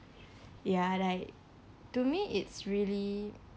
ya like to me it's really